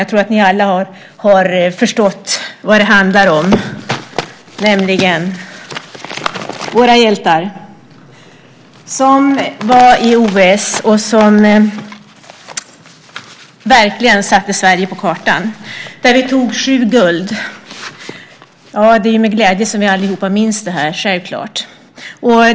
Jag tror att ni alla har förstått vad det handlar om, nämligen våra hjältar som deltog i OS och verkligen satte Sverige på kartan. Vi tog sju guld. Det är självklart med glädje som vi allihop minns det här.